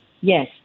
Yes